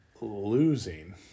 losing